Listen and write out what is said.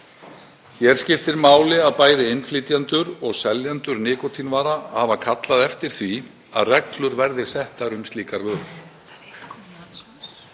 Hér skiptir máli að bæði innflytjendur og seljendur nikótínvara hafa kallað eftir því að reglur verði settar um slíkar vörur.